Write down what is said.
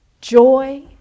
joy